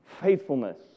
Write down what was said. faithfulness